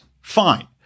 Fine